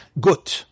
good